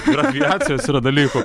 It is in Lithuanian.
ir aviacijos yra dalykų